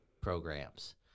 programs